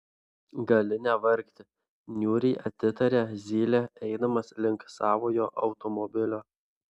gali nevargti niūriai atitarė zylė eidamas link savojo automobilio